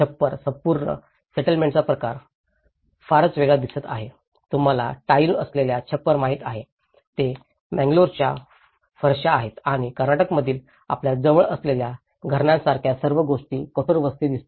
छप्पर संपूर्ण सेटलमेंटचा प्रकार फारच वेगळा दिसत आहे तुम्हाला टाइल असलेल्या छप्पर माहित आहेत जे मंगलोरच्या फरशा आहेत आणि कर्नाटकमधील आपल्या जवळ असलेल्या घराण्यांसारख्या सर्व गोष्टी कठोर वस्ती दिसते